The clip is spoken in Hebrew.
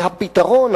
והפתרון,